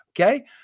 okay